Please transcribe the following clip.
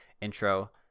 intro